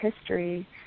history